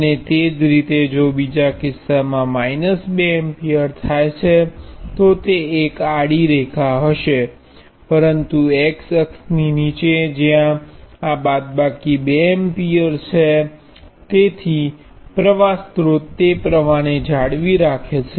અને તે જ રીતે જો બીજા કિસ્સામાં માઇનસ 2 એમ્પીયર થાય છે તો તે એક આડી રેખા હશે પરંતુ x અક્ષની નીચે જ્યાં આ બાદબાકી 2 એમ્પીયર છે જેથી પ્ર્વાહ સ્રોત તે પ્રવાહને જાળવી રાખે છે